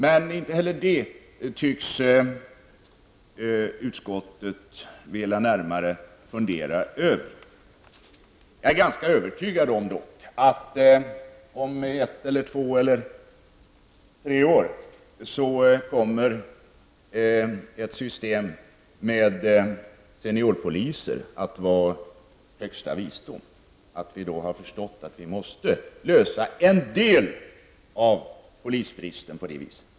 Men inte heller det tycks utskottet vilja närmare fundera över. Jag är dock ganska övertygad om att ett system med seniorpoliser kommer att vara högsta visdom om ett, två eller tre år. Vi kommer då att ha förstått att vi måste lösa en del av polisbristen på det viset.